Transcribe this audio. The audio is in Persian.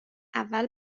اول